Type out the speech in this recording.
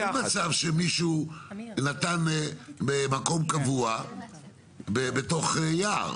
היום אין מצב שמישהו נתן במקום קבוע בתוך יער.